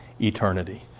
eternity